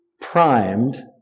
primed